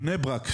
בני ברק,